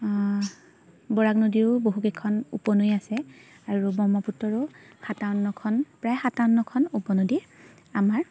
বৰাক নদীৰো বহুকেইখন উপনৈ আছে আৰু ব্ৰহ্মপুত্ৰৰো সাতাৱন্নখন প্ৰায় সাতাৱন্নখন উপনদী আমাৰ